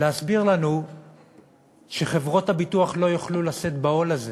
להסביר לנו שחברות הביטוח לא יוכלו לשאת בעול הזה